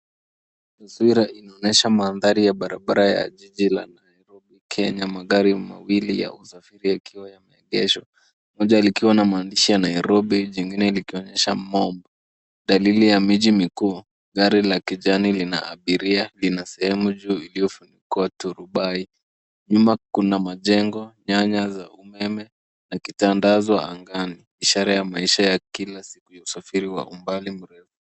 Taswira inanonyesha mandhari ya barabara ya jiji la Nairobi, Kenya. Magari mawili ya usafiri yakiwa yameegeshwa , moja likiwa na maandishi ya Nairobi, nyingine likionyesha Momb, dalili ya miji mikuu. Gari la kijani lina abiria lina sehemu juu iliyofunikwa turubai. Nyuma kunamajengo, nyaya za umeme na kitandazo angani ishara ya maisha ya kila siku ya usafiri wa mbali mrefu.